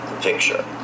picture